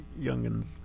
youngins